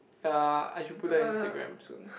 ya I should put that in Instagram soon